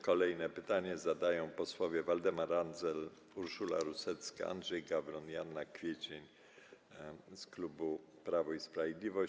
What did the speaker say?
Kolejne pytanie zadają posłowie Waldemar Andzel, Urszula Rusecka, Andrzej Gawron i Anna Kwiecień z klubu Prawo i Sprawiedliwość.